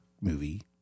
movie